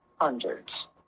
hundreds